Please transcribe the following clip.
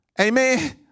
Amen